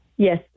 Yes